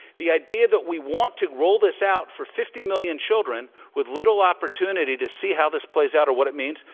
the idea that we want to roll this out for fifty million children with little opportunity to see how this plays out or what it means,